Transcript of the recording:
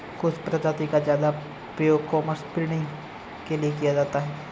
कुछ प्रजाति का ज्यादा प्रयोग क्रॉस ब्रीडिंग के लिए किया जाता है